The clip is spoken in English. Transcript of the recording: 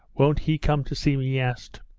won't he come to see me he asked.